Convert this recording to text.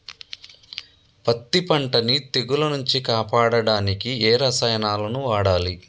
పత్తి పంటని తెగుల నుంచి కాపాడడానికి ఏ రసాయనాలను వాడాలి?